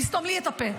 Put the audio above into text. לסתום לי את הפה.